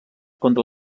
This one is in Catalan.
contra